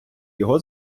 його